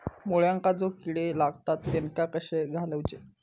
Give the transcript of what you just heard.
मुळ्यांका जो किडे लागतात तेनका कशे घालवचे?